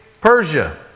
Persia